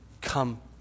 come